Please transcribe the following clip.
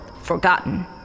forgotten